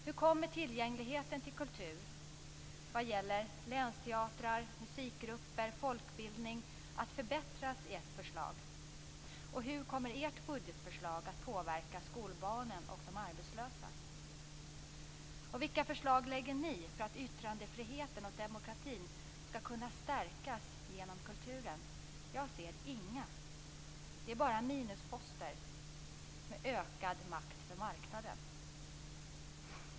Hur kommer tillgängligheten till kultur vad gäller länsteatrar, musikgrupper och folkbildning att förbättras med ert förslag, och hur kommer ert budgetförslag att påverka skolbarnen och de arbetslösa? Vilka förslag lägger ni för att yttrandefriheten och demokratin skall kunna stärkas genom kulturen? Jag ser inga - det är bara minusposter, med ökad makt för marknaden.